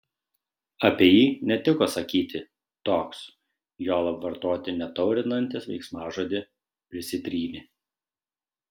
apie jį netiko sakyti toks juolab vartoti netaurinantį veiksmažodį prisitrynė